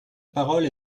parole